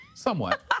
Somewhat